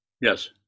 Yes